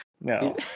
No